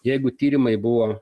jeigu tyrimai buvo